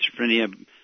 schizophrenia